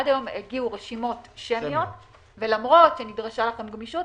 עד היום הגיעו רשימות שמיות ולמרות שנדרשה לכם גמישות,